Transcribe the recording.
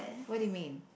what do you mean